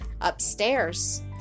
upstairs